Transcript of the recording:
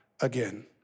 again